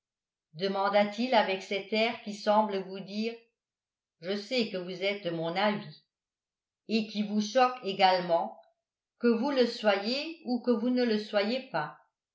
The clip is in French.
demanda-t-il avec cet air qui semble vous dire je sais que vous êtes de mon avis et qui vous choque également que vous le soyez ou que vous ne le soyez pas